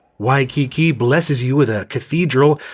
waikiki blesses you with a cathedral,